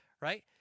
right